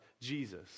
Jesus